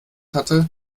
hatte